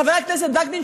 חבר הכנסת וקנין,